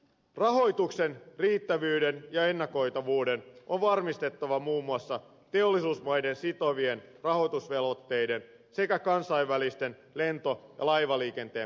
rahoituksen riittävyys ja ennakoitavuus on varmistettava muun muassa teollisuusmaiden sitovien rahoitusvelvoitteiden sekä kansainvälisen lento ja laivaliikenteen päästömaksujen avulla